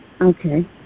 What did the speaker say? Okay